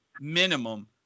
minimum